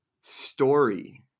story